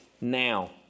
now